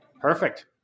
Perfect